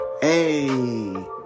Hey